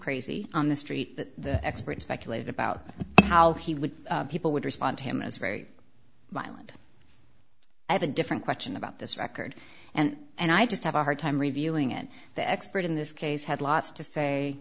crazy on the street that experts speculate about how he would people would respond to him as a very violent i have a different question about this record and and i just have a hard time reviewing it the expert in this case had lots to say